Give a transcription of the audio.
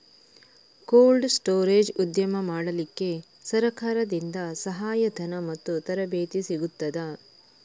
Cold storage ಉದ್ಯಮ ಮಾಡಲಿಕ್ಕೆ ಸರಕಾರದಿಂದ ಸಹಾಯ ಧನ ಮತ್ತು ತರಬೇತಿ ಸಿಗುತ್ತದಾ?